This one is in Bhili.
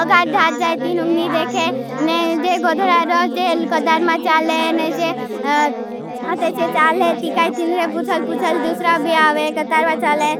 अगा जाए। ती नुग नी देखे नी जे गुधरा रो चे लकडर मा चाले नहीं जे। आते चे चाले, ती काई तीनेंरे पुछलपुछलबी आवें कतार मा चाले।